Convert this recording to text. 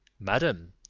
madam,